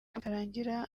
bikarangira